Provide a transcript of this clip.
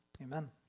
amen